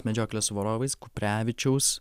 medžioklė su varovais kuprevičiaus